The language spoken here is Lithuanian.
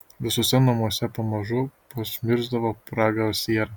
visuose namuose pamažu pasmirsdavo pragaro siera